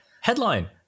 Headline